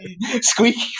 squeaky